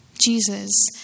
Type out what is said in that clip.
Jesus